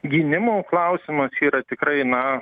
gynimo klausimas yra tikrai na